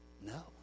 No